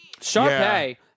Sharpay